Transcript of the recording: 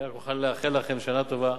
אני רק יכול לאחל לכם שנה טובה.